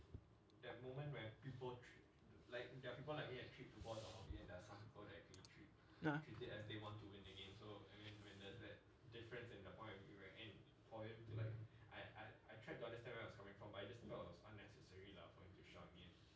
ya